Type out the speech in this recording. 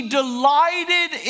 delighted